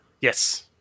Yes